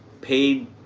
paid